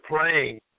playing